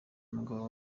umugabo